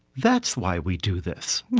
that's why we do this